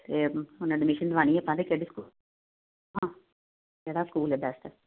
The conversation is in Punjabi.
ਅਤੇ ਹੁਣ ਐਡਮਿਸ਼ਨ ਦਿਵਾਉਣੀ ਆ ਆਪਾਂ ਨੇ ਕਿਹੜੇ ਸਕੂਲ ਕਿਹੜਾ ਸਕੂਲ ਏ ਬੈਸਟ